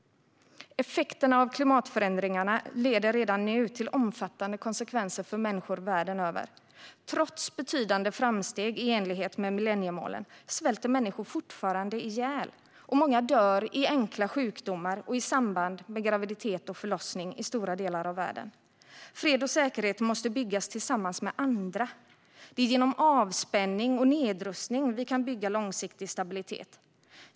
Effekterna av klimatförändringarna leder redan nu till omfattande konsekvenser för människor världen över. Trots betydande framsteg i enlighet med millenniemålen svälter människor fortfarande ihjäl, och många dör i enkla sjukdomar och i samband med graviditet och förlossning i stora delar av världen. Fred och säkerhet måste byggas tillsammans med andra. Det är genom avspänning och nedrustning vi kan bygga långsiktig stabilitet.